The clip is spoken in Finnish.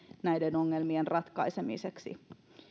näiden ongelmien ratkaisemiseksi